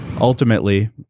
ultimately